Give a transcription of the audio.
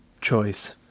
choice